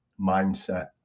mindset